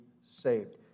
saved